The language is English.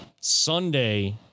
Sunday